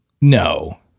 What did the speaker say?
No